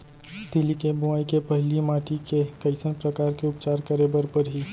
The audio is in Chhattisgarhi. तिलि के बोआई के पहिली माटी के कइसन प्रकार के उपचार करे बर परही?